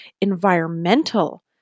environmental